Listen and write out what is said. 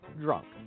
Drunk